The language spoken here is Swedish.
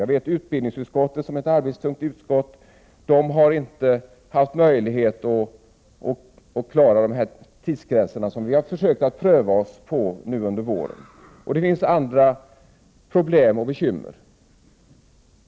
Jag vet att utbildningsutskottet, som är ett arbetstyngt utskott, inte har haft möjlighet att klara de tidsgränser vi har försökt pröva nu under våren. Det finns också andra problem och bekymmer.